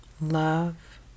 love